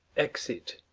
exit